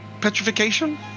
petrification